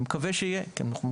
אני מקווה שנוכל.